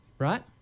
Right